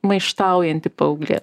maištaujanti paauglė